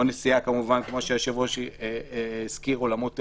או כפי שהיושב-ראש הזכיר אולמות אירועים.